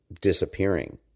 disappearing